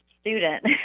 student